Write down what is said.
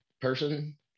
person